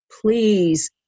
please